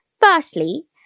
Firstly